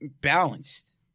balanced